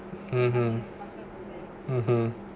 (uh huh)